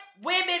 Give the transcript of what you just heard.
Women